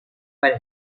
para